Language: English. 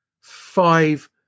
five